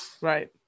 Right